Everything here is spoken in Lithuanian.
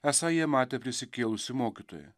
esą jie matė prisikėlusį mokytoją